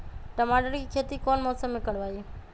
टमाटर की खेती कौन मौसम में करवाई?